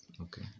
Okay